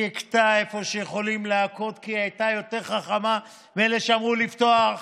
היא הכתה איפה שיכולים להכות כי היא הייתה יותר חכמה מאלה שאמרו לפתוח